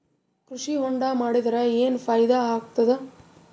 ಕೃಷಿ ಹೊಂಡಾ ಮಾಡದರ ಏನ್ ಫಾಯಿದಾ ಆಗತದ?